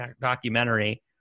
documentary